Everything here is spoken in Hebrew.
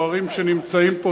הצוערים שנמצאים פה.